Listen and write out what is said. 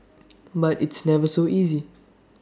but it's never so easy